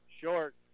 Short